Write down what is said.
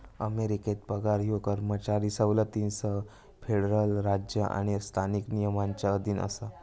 अमेरिकेत पगार ह्यो कर्मचारी सवलतींसह फेडरल राज्य आणि स्थानिक नियमांच्या अधीन असा